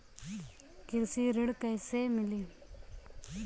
कृषि ऋण कैसे मिली?